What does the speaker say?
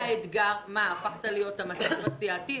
הפכת להיות המצליף הסיעתי?